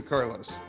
Carlos